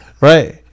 right